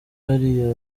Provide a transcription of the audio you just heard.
hariya